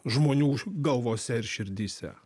žmonių galvose ir širdyse